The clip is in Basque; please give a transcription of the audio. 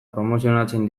promozionatzen